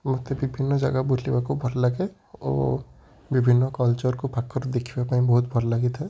ମୋତେ ବିଭିନ୍ନ ଜାଗା ବୁଲିବାକୁ ଭଲ ଲାଗେ ଓ ବିଭିନ୍ନ କଲଚରକୁ ପାଖରୁ ଦେଖିବା ପାଇଁ ବହୁତ ଭଲ ଲାଗିଥାଏ